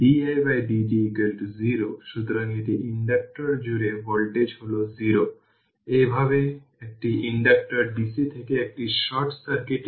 এখন c যেহেতু t infinity এর দিকে ঝুঁকছে v1 v1 ইনফিনিটি পাবে 20 ভোল্ট যেহেতু t ইনফিনিটি এর দিকে প্রবণতা করে এবং v1 v2 ইনফিনিটি 20 ভোল্ট পাবে